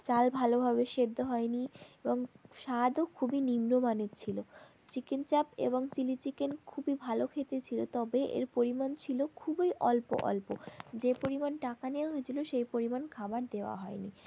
চাল ভালোভাবে সিদ্ধ হয়নি এবং স্বাদও খুবই নিম্ন মানের ছিল চিকেন চাপ এবং চিলি চিকেন খুবই ভালো খেতে ছিল তবে এর পরিমাণ ছিল খুবই অল্প অল্প যে পরিমাণ টাকা নেওয়া হয়েছিল সে পরিমাণ খাবার দেওয়া হয়নি